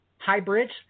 Hybrids